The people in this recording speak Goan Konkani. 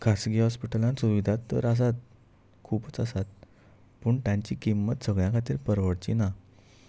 खासगी हॉस्पिटलांत सुविधा तर आसात खुपूच आसात पूण तांची किंमत सगळ्यां खातीर परवडची ना